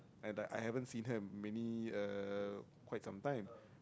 and I I haven't seen her in many uh quite some time